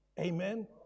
amen